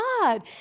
God